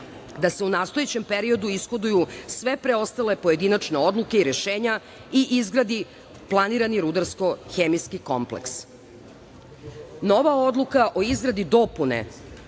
da se u nastojećem periodu ishoduju sve preostale pojedinačne odluke i rešenja i izgradi planirani rudarsko-hemijski kompleks. Nova odluka o izradi dopune